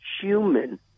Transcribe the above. human